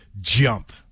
Jump